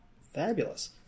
fabulous